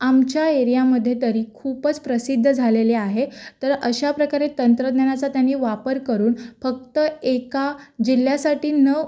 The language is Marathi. आमच्या एरियामध्ये तरी खूपच प्रसिद्ध झालेली आहे तर अशा प्रकारे तंत्रज्ञानाचा त्यानी वापर करून फक्त एका जिल्ह्यासाठी नं